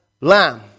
lamb